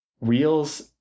Reels